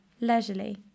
leisurely